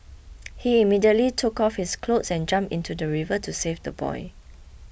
he immediately took off his clothes and jumped into the river to save the boy